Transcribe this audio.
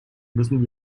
müssen